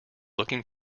looking